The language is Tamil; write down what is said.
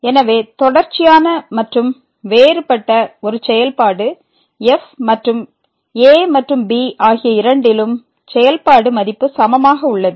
எனவே தொடர்ச்சியான மற்றும் வேறுபட்ட ஒரு செயல்பாடு f மற்றும் a மற்றும் b ஆகிய இரண்டிலும் செயல்பாடு மதிப்பு சமமாக உள்ளது